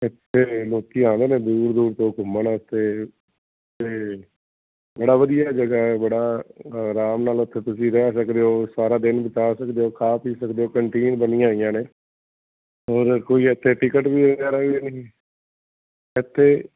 ਇੱਥੇ ਲੋਕ ਆਉਂਦੇ ਨੇ ਦੂਰ ਦੂਰ ਤੋਂ ਘੁੰਮਣ ਇੱਥੇ ਅਤੇ ਬੜਾ ਵਧੀਆ ਜਗਾ ਬੜਾ ਅਰਾਮ ਨਾਲ ਉੱਥੇ ਤੁਸੀਂ ਰਹਿ ਸਕਦੇ ਹੋ ਸਾਰਾ ਦਿਨ ਬਿਤਾ ਸਕਦੇ ਹੋ ਖਾ ਪੀ ਸਕਦੇ ਹੋ ਕੰਨਟੀਨ ਬਣੀਆਂ ਹੋਈਆਂ ਨੇ ਹੋਰ ਕੋਈ ਇੱਥੇ ਟਿਕਟ ਵਗੈਰਾ ਵੀ ਇੱਥੇ